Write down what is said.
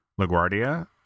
LaGuardia